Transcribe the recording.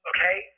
Okay